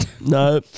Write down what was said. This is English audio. no